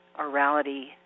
orality